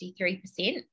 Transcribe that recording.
53%